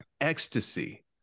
ecstasy